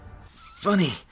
funny